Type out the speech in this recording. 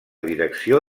direcció